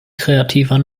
kreativer